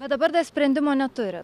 bet dabar sprendimo neturi